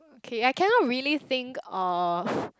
okay I cannot really think of